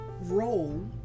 role